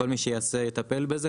כל מי שיעשה יטפל בזה.